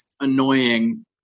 annoying